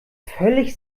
völlig